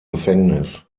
gefängnis